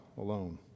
alone